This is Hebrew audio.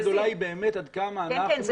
אבל השאלה הגדולה היא באמת עד כמה אנחנו